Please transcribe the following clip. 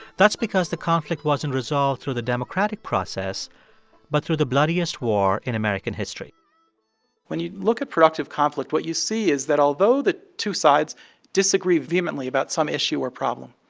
that's because the conflict wasn't resolved through the democratic process but through the bloodiest war in american history when you look at productive conflict, what you see is that although the two sides disagree vehemently about some issue or problem,